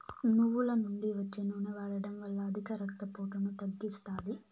నువ్వుల నుండి వచ్చే నూనె వాడడం వల్ల అధిక రక్త పోటును తగ్గిస్తాది